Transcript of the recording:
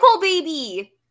baby